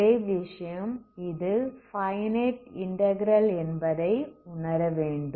ஒரே விஷயம் இது ஃபைனைட் இன்டகிரல் என்பதை உணர வேண்டும்